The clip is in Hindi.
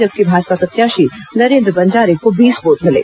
जबकि भाजपा प्रत्याशी नरेन्द्र बंजारे को बीस वोट मिले